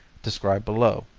described below.